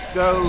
go